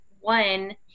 one